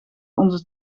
onze